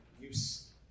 use